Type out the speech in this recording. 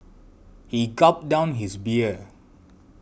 he gulped down his beer